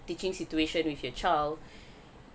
teaching situation with your child